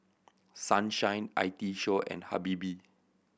Sunshine I T Show and Habibie